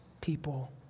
people